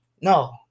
No